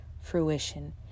fruition